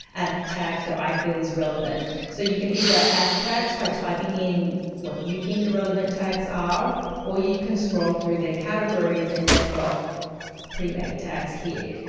add tags that i feel is relevant. so you can either add tags by typing in what you think the relevant tags are or you can scroll through their categories and they've got pre-made tags here.